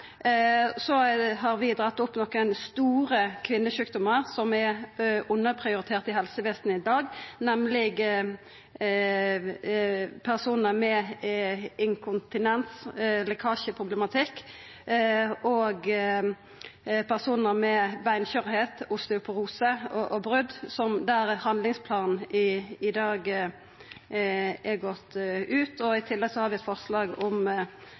store kvinnesjukdommar som er underprioriterte i helsevesenet i dag, nemleg inkontinens, lekkasjeproblematikk og beinskjørheit, osteoporose og brot, der handlingsplanen i dag er gått ut. I tillegg har vi eit forslag om